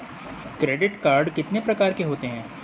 Credit card कितने प्रकार के होते हैं?